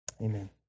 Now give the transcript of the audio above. Amen